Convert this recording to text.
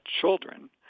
children